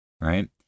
right